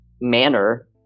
manner